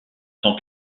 tant